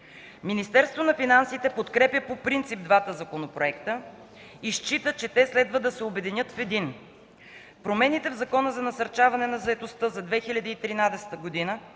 Министерството на финансите подкрепя по принцип двата законопроекта и счита, че те следва да се обединят в един. Промените в Закона за насърчаване на заетостта за 2013 г.